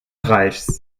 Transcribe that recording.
reichs